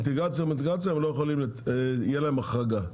בין אינטגרציה לאינטגרציה, תהיה להם החרגה.